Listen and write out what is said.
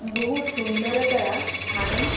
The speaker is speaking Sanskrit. बहुसुन्दरतया स्थानं